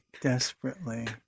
desperately